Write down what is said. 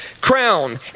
crown